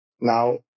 Now